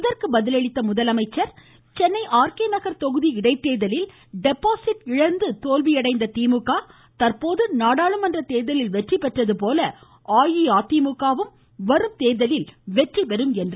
பின்னர் பேசிய முதலமைச்சர் சென்னை இடைத்தேர்தலில் டெபாசிட் இழந்த தோல்வியடைந்த திமுக தற்போது நாடாளுமன்ற தேர்தலில் வெற்றிபெற்றது போல அஇஅதிமுகவும் வரும் தேர்தலில் வெற்றிபெறும் என்றார்